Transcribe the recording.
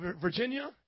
Virginia